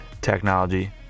technology